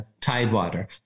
tidewater